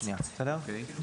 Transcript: יימחקו.